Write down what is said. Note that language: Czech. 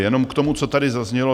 Jenom k tomu, co tady zaznělo.